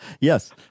Yes